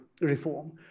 reform